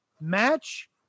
match